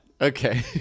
Okay